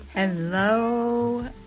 Hello